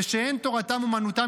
ושאין תורתם אומנותם,